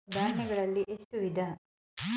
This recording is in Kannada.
ಧಾನ್ಯಗಳಲ್ಲಿ ಎಷ್ಟು ವಿಧ?